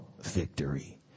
victory